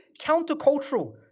countercultural